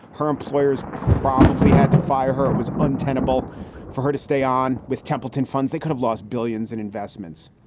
her employers probably had to fire her. it was untenable for her to stay on with templeton funds. they kind of lost billions in investments.